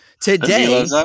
today